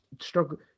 struggle